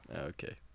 Okay